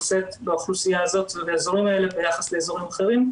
שאת באוכלוסייה הזאת ובאזורים האלה ביחס לאזורים אחרים.